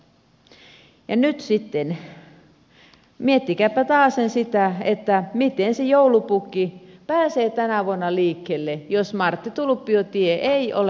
nyt sitten miettikääpä taasen sitä miten se joulupukki pääsee tänä vuonna liikkeelle jos marttitulppio tie ei ole kunnossa